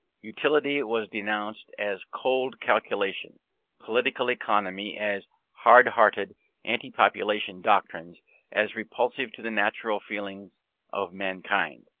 utility was denounced as cold calculation political economy as hard-hearted anti-population doctrines as repulsive to the natural feelings of mankind.